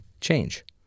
change